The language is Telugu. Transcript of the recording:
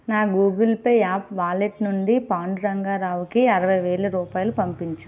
నా గూగుల్ పే యాప్ వాలెట్ నుండి పాండురంగా రావుకి అరవైవేల రూపాయలు పంపించు